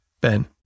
Ben